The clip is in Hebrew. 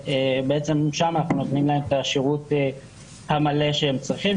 בעצם שם אנחנו נותנים להם את השירות המלא שהם צריכים,